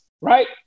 right